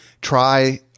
try